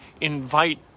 invite